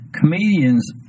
Comedians